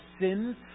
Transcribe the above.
sins